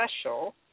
special